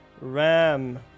ram